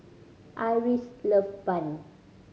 Iris love bun